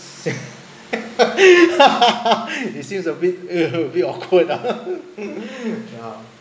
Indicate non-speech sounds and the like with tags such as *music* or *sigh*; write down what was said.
*laughs* it seems a bit uh uh a bit awkward ah *laughs* ya